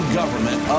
government